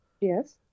yes